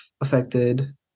affected